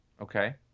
Okay